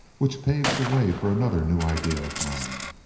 which paves the way for another new idea of mine.